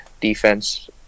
defense